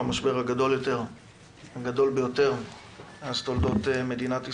המשבר הגדול ביותר בתולדות מדינת ישראל.